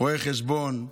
רואה חשבון,